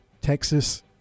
Texas –